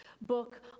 book